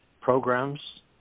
programs